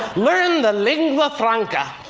learn the lingua franca.